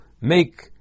make